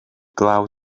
glaw